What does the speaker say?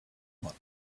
monk